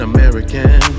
American